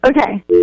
Okay